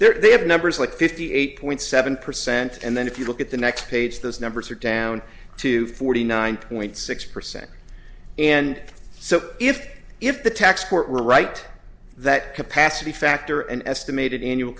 they have numbers like fifty eight point seven percent and then if you look at the next page those numbers are down to forty nine point six percent and so if if the techs were right that capacity factor and estimated annual